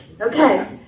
Okay